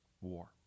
war